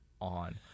on